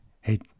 Hey